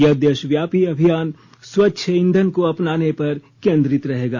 यह देशव्यापी अभियान स्वच्छ ईंधन को अपनाने पर केंद्रित रहेगा